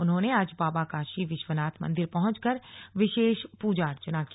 उन्होंने आज बाबा काशी विश्वनाथ मन्दिर पहुंचकर विशेष पूजा अर्चना की